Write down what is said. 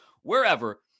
wherever